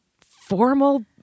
formal